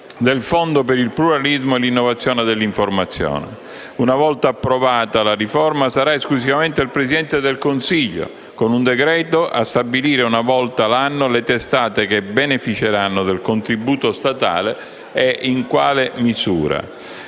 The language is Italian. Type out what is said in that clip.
del Fondo per il pluralismo e l'innovazione dell'informazione. Una volta approvata la riforma, sarà esclusivamente il Presidente del Consiglio, con un decreto, a stabilire una volta l'anno le testate che beneficeranno del contributo statale e in quale misura.